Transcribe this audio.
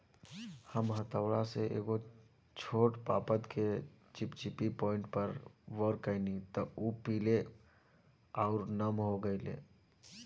हम हथौड़ा से एगो छोट पादप के चिपचिपी पॉइंट पर वार कैनी त उ पीले आउर नम हो गईल